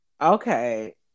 Okay